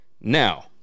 Now